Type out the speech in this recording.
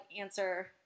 answer